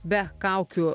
be kaukių